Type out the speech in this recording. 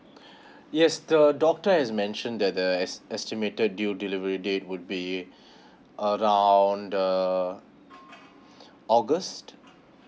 yes the doctor has mention that the es~ estimated due delivery date would be around the august